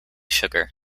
sugar